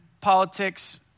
politics